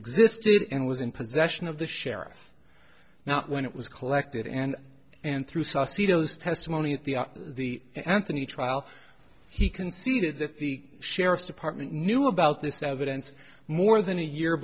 existed and was in possession of the sheriff now when it was collected and and through saw speedo's testimony at the the anthony trial he conceded that the sheriff's department knew about this evidence more than a year